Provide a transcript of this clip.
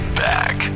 back